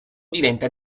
diventa